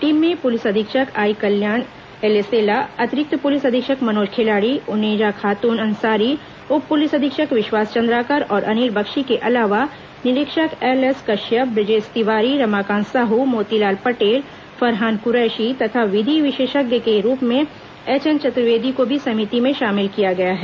team में police अधीक्षक I Kalyan Elesela अतिरिक्त पुलिस अधीक्षक मनोज खिलाड़ी उनेजा खातून अंसारी उप पुलिस अधीक्षक विश्वास चंद्राकर और अनिल बख्शी के अलावा निरीक्षक एलएस कश्यप बुजेश तिवारी रमाकांत साह मोतीलाल पटेल फरहान कुरैशी विधि विशेषज्ञ के रूप में एचएन चतुर्वेदी को भी समिति में शामिल किया गया है